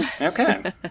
Okay